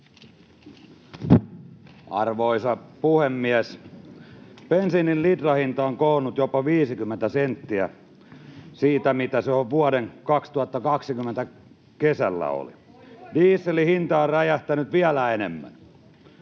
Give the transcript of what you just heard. Arvoisa puhemies! Bensiinin litrahinta on kohonnut jopa 50 senttiä siitä, mitä se vuoden 2020 kesällä oli. [Keskustan ryhmästä: Voi voi!] Dieselin hinta on räjähtänyt vielä enemmän.